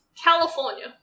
California